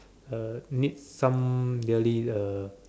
uh need some yearly uh